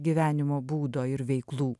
gyvenimo būdo ir veiklų